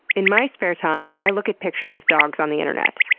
in my spare time, i look at pictures of dogs on the internet.